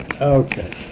okay